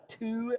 two